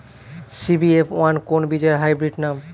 CBF one কোন বীজের hybrid নাম?